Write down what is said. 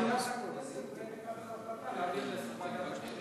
ועדת הכנסת תקבל החלטה להעביר, חבל.